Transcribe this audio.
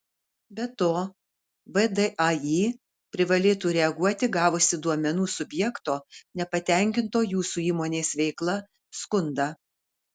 be to vdai privalėtų reaguoti gavusi duomenų subjekto nepatenkinto jūsų įmonės veikla skundą